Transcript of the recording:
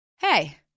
Hey